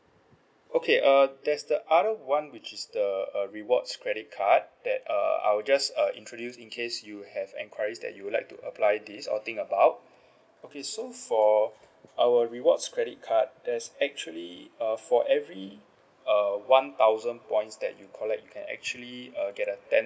okay uh there's the R one which is the a rewards credit card that uh I'll just uh introduce in case you have enquiries that you would like to apply this or think about okay so for our rewards credit card there's actually uh for every uh one thousand points that you collect you can actually err get a ten